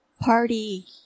Party